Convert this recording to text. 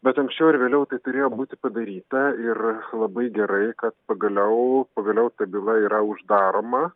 bet anksčiau ar vėliau tai turėjo būti padaryta ir labai gerai kad pagaliau pagaliau ta byla yra uždaroma